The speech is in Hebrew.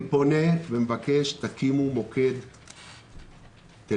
אני פונה ומבקש שתקימו מוקד טלפוני